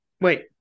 Wait